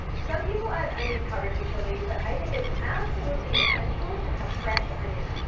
some people add onion powder to chili, but i think it's absolutely essential to have fresh onion.